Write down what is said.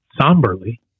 somberly